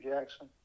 Jackson